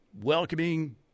welcoming